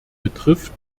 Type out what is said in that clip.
betrifft